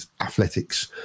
athletics